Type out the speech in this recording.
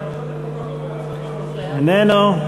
איננו,